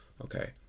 Okay